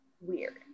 weird